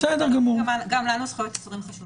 גם לנו זכויות אסירים חשובות.